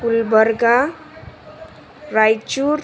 Gulbarga Raichur